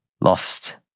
lost